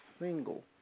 single